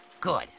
good